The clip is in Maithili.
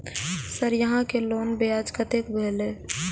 सर यहां के लोन ब्याज कतेक भेलेय?